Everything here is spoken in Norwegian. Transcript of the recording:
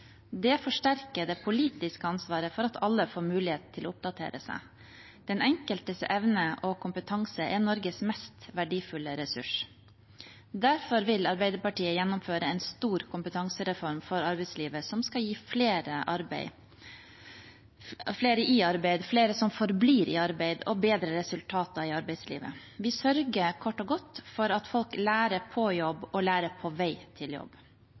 Det forsterker det politiske ansvaret for at alle får mulighet til å oppdatere seg. Den enkeltes evne og kompetanse er Norges mest verdifulle ressurs. Derfor vil Arbeiderpartiet gjennomføre en stor kompetansereform for arbeidslivet som skal gi flere i arbeid, flere som forblir i arbeid, og bedre resultater i arbeidslivet. Vi sørger kort og godt for at folk lærer på jobb og lærer på vei til jobb.